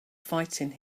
fighting